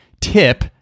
tip